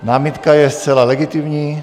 Námitka je zcela legitimní.